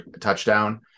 touchdown